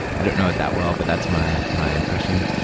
i don't know it that well, but that's my my impression.